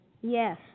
Yes